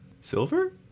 Silver